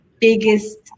biggest